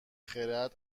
خرد